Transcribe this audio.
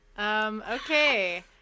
Okay